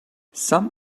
some